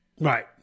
Right